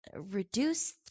reduce